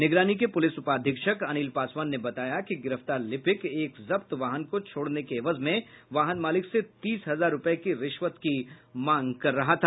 निगरानी के पुलिस उपाधीक्षक अनिल पासवान ने बताया कि गिरफ्तार लिपिक एक जब्त वाहन को छोडने के एवज में वाहन मालिक से तीस हजार रुपए की रिश्वत की मांग कर रहा था